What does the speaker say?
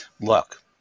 look